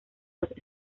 los